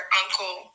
uncle